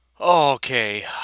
Okay